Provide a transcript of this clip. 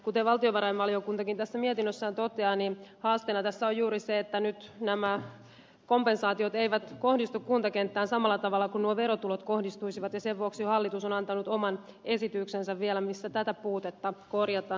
kuten valtiovarainvaliokuntakin tässä mietinnössään toteaa niin haasteena tässä on juuri se että nyt nämä kompensaatiot eivät kohdistu kuntakenttään samalla tavalla kuin nuo verotulot kohdistuisivat ja sen vuoksi hallitus on antanut oman esityksensä vielä missä tätä puutetta korjataan